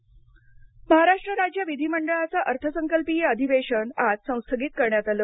विधिमंडळ महाराष्ट्र राज्य विधी मंडळाचं अर्थसंकल्पीय अधिवेशन आज संस्थगित करण्यात आलं